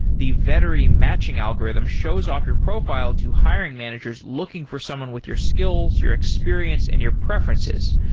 the vettery matching algorithm shows off your profile to hiring managers looking for someone with your skills, your experience and your preferences.